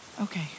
Okay